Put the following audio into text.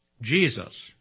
Jesus